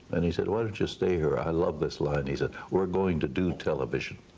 then he said, why don't you stay here i love this line he said we're going to do television.